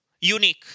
Unique